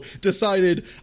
decided